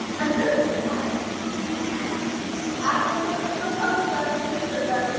and then we ask them to do to actually click on the definition that they